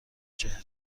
چهره